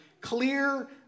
clear